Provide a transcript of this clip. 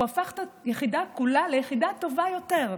הוא הפך את היחידה כולה ליחידה טובה יותר.